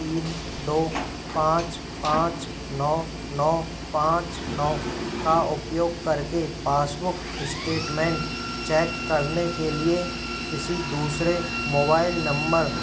तीन दो पाँच पाँच नौ नौ पाँच नौ का उपयोग कर के पासबूक इस्टेटमेन चैक करने के लिए किसी दूसरे मोबाईल नंबर